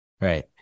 Right